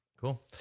Cool